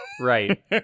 Right